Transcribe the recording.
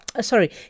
sorry